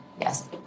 yes